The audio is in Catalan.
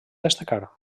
destacar